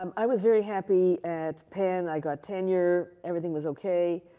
um i was very happy at penn. i got tenure. everything was okay.